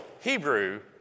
Hebrew